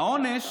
העונש